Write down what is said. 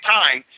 time